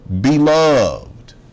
beloved